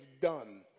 done